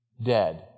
dead